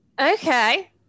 Okay